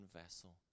vessel